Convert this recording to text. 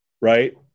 Right